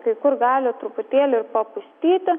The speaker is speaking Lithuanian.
kai kur gali truputėlį ir papustyti